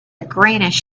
greenish